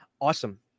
Awesome